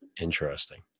Interesting